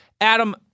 Adam